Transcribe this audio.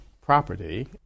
property